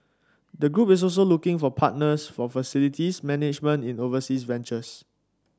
the group is also looking for partners for facilities management in overseas ventures